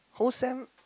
whole sem